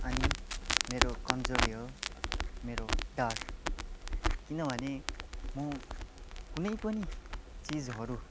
अनि मेरो कमजोरी हो मेरो डर किनभने म कुनै पनि चिजहरू